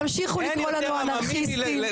תמשיכו לקרוא לנו אנרכיסטים,